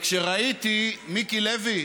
מיקי לוי,